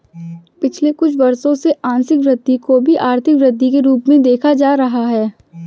पिछले कुछ वर्षों से आंशिक वृद्धि को भी आर्थिक वृद्धि के रूप में देखा जा रहा है